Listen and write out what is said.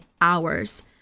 hours